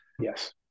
Yes